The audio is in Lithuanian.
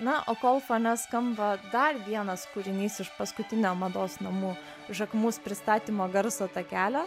na o kol fone skamba dar vienas kūrinys iš paskutinio mados namų jacquemus pristatymo garso takelio